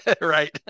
right